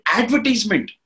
advertisement